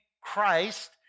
Christ